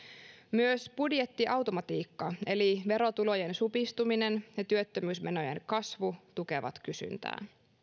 myös budjettiautomatiikka eli verotulojen supistuminen ja työttömyysmenojen kasvu tukevat kysyntää